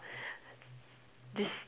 this